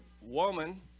woman